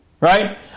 Right